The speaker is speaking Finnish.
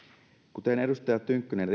kuten edustaja tynkkynen